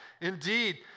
Indeed